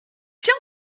tiens